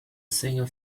single